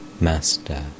Master